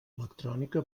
electrònica